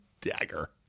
dagger